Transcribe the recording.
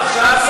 עכשיו,